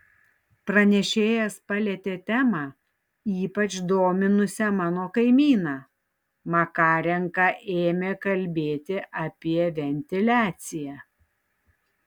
pranešėjas palietė temą ypač dominusią mano kaimyną makarenka ėmė kalbėti apie ventiliaciją